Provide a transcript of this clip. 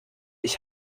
ich